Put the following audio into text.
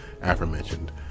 aforementioned